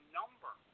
number